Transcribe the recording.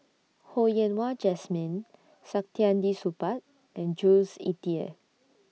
Ho Yen Wah Jesmine Saktiandi Supaat and Jules Itier